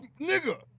Nigga